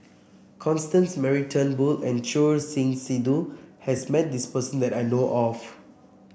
Constance Mary Turnbull and Choor Singh Sidhu has met this person that I know of